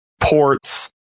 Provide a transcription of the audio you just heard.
ports